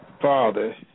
father